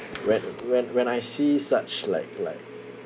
when when when I see such like like